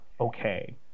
okay